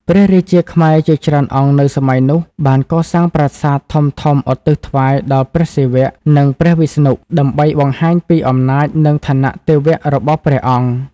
ព្រះរាជាខ្មែរជាច្រើនអង្គនៅសម័យនោះ បានកសាងប្រាសាទធំៗឧទ្ទិសថ្វាយដល់ព្រះសិវៈ និងព្រះវិស្ណុ ដើម្បីបង្ហាញពីអំណាច និងឋានៈទេវៈរបស់ព្រះអង្គ។